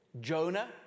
Jonah